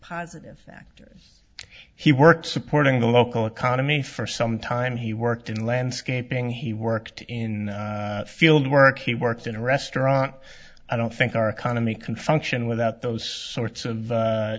positive factors he worked supporting the local economy for some time he worked in landscaping he worked in field work he worked in a restaurant i don't think our economy can function without those sorts of